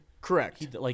Correct